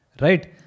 right